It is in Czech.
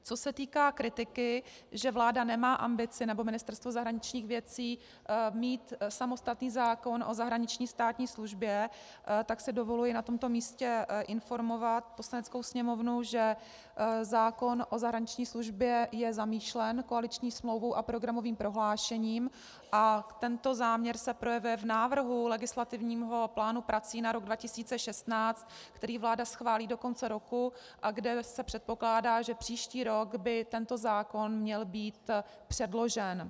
Co se týká kritiky, že vláda nemá ambici, nebo Ministerstvo zahraničních věcí, mít samostatný zákon o zahraniční státní službě, tak si dovoluji na tomto místě informovat Poslaneckou sněmovnu, že zákon o zahraniční službě je zamýšlen koaliční smlouvou a programovým prohlášením a tento záměr se projevuje v návrhu legislativního plánu prací na rok 2016, který vláda schválí do konce roku a kde se předpokládá, že příští rok by tento zákon měl být předložen.